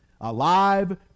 alive